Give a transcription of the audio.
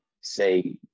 say